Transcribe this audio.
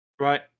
Right